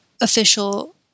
official